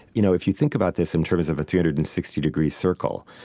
you know if you think about this in terms of a three hundred and sixty degree circle,